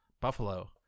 Buffalo